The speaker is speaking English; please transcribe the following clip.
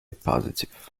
positive